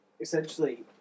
essentially